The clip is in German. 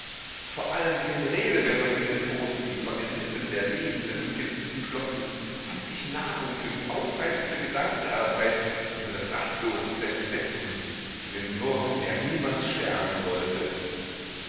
vor allem in den redewendungen der toten die von den lippen der lebenden und geliebten flossen fand ich nahrung für die aufreibendste gedankenarbeit und für das rastloseste entsetzen für den wurm der niemals sterben wollte